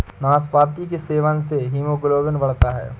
नाशपाती के सेवन से हीमोग्लोबिन बढ़ता है